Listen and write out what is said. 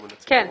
כן.